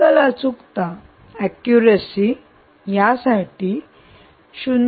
medical अचूकता accuracy साठी 0